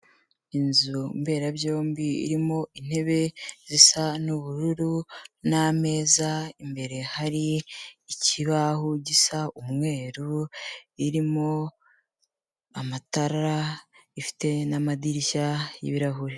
Inzu mberabyombi irimo intebe zisa n'ubururu n'ameza, imbere hari ikibaho gisa umweru, irimo amatara, ifite n'amadirishya y'ibirahure.